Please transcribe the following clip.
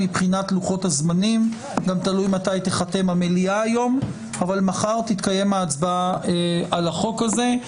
גם תלוי מתי תיחתם המליאה היום אבל מחר תתקיים ההצבעה על החוק הזה.